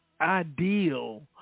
ideal